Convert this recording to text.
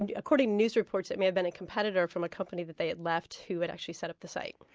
and according to news reports it may have been a competitor from a company, that they had left, who had actually set up the site.